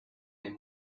him